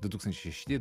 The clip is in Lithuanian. du tūkstančiai šešti